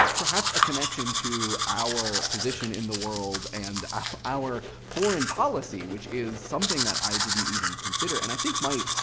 perhaps, a connection to our position in the world and our foreign policy, which is something that i didn't even consider. and i think might,